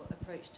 approach